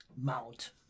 Mount